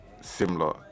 similar